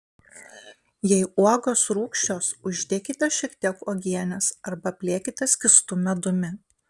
jei uogos rūgščios uždėkite šiek tiek uogienės arba apliekite skystu medumi